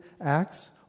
acts